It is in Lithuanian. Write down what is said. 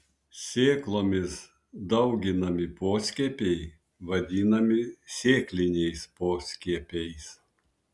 sėklomis dauginami poskiepiai vadinami sėkliniais poskiepiais